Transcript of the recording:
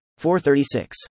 436